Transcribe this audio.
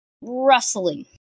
rustling